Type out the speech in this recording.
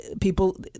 people